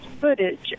footage